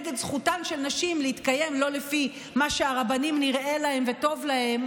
נגד זכותן של נשים להתקיים לא לפי מה שהרבנים נראה להם וטוב להם.